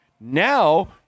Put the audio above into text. Now